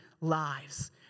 lives